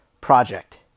project